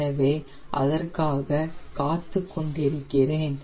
எனவே அதற்காக காத்துக்கொண்டிருக்கிறேன்